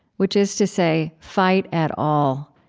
which is to say, fight at all,